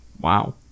wow